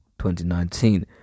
2019